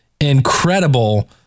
incredible